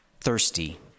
thirsty